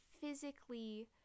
physically